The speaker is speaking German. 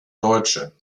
deutsche